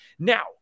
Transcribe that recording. Now